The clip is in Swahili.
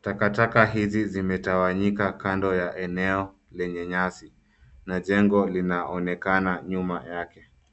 Takataka hizi zimetawanyika kando ya eneo lenye nyasi na jengo linaonekana nyuma yake.